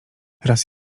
raz